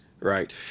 Right